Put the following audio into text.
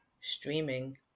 streaming